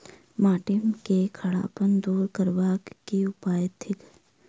माटि केँ खड़ापन दूर करबाक की उपाय थिक?